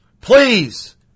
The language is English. Please